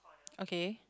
okay